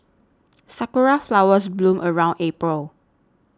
sakura flowers bloom around April